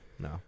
No